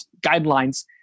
guidelines